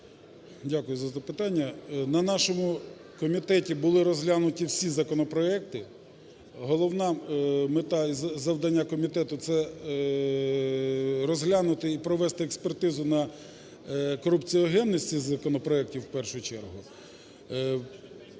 Дякую за запитання. На нашому комітеті були розглянуті всі законопроекти. Головна мета і завдання комітету – це розглянути і провести експертизу на корупціогенність цих законопроектів в першу чергу.